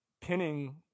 Pinning